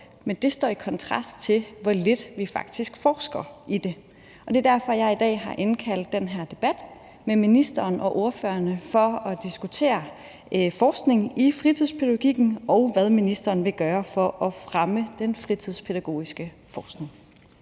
men det står i kontrast til, hvor lidt vi faktisk forsker i det. Det er derfor, jeg i dag har indkaldt til den her debat med ministeren og ordførerne, altså for at diskutere forskning i fritidspædagogikken, og hvad ministeren vil gøre for at fremme den fritidspædagogiske forskning.